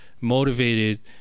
motivated